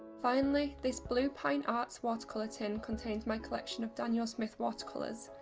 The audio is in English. finally, this bluepinearts watercolour tin contains my collection of daniel smith watercolours.